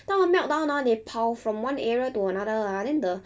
他们 meltdown ha they 跑 from one area to another ah then the